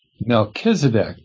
Melchizedek